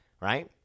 right